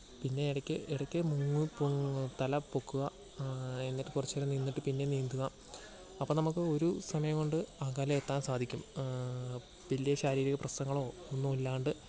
പിന്നെ ഇടയ്ക്ക് ഇടയ്ക്ക് മുങ്ങി പൊങ്ങി തലപൊക്കുക എന്നിട്ട് കുറച്ചു നേരം നിന്നിട്ട് പിന്നേയും നീന്തുക അപ്പം നമ്മൾക്ക് ഒരു സമയം കൊണ്ട് അകലെ എത്താൻ സാധിക്കും വലിയ ശാരീരിക പ്രശ്നങ്ങളോ ഒന്നുമില്ലാണ്ട്